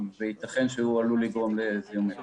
ויתכן שהוא עלול לגרום לזיהום מי תהום.